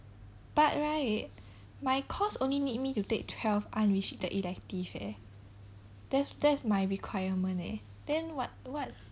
but right my course only need me to take twelve unrestricted elective eh that's that's my requirement leh then what what